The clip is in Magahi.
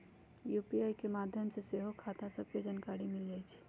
यू.पी.आई के माध्यम से सेहो खता सभके जानकारी मिल जाइ छइ